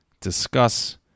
discuss